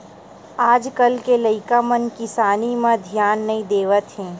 आज कल के लइका मन किसानी म धियान नइ देवत हे